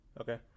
Okay